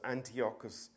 Antiochus